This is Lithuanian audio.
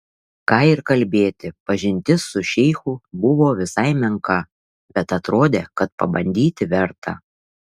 ką ir kalbėti pažintis su šeichu buvo visai menka bet atrodė kad pabandyti verta